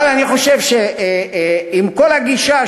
אבל אני חושב שכל הגישה,